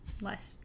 less